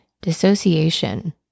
dissociation